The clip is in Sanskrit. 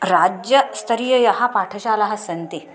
राज्यस्तरीयाः पाठशालाः सन्ति